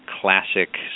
classic